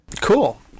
Cool